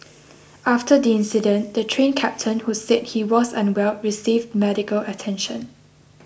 after the incident the Train Captain who said he was unwell received medical attention